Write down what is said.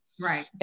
Right